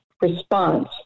response